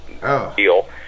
deal